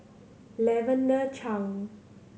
Lavender Chang